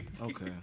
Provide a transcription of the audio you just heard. Okay